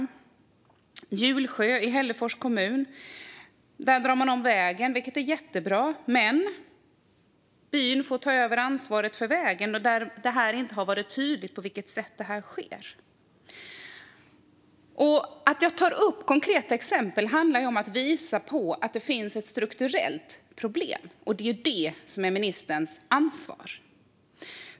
I Hjulsjö i Hällefors kommun drar man om vägen, vilket är jättebra - men byn får ta över ansvaret för vägen, och det har inte varit tydligt på vilket sätt det sker. Jag tar upp konkreta exempel för att visa att det finns ett strukturellt problem. Det är det som är ministerns ansvar.